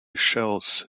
shells